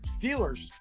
Steelers